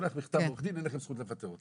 שולח מכתב מעו"ד שאין לכם זכות לפטר אותי.